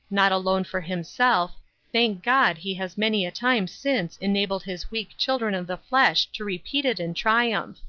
not alone for himself thank god he has many a time since enabled his weak children of the flesh to repeat it in triumph.